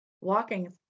walking